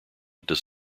does